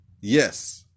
yes